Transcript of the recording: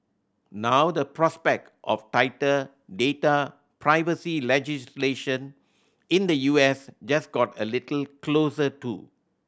now the prospect of tighter data privacy legislation in the U S just got a little closer too